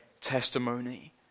testimony